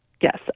yes